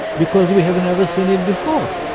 because we have never seen it before.